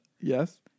yes